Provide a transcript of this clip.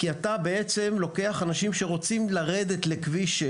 כי אתה בעצם לוקח אנשים שרוצים לרדת לכביש 6